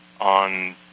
on